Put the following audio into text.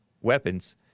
weapons